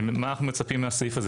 מה אנו מצפים מהסעיף הזה?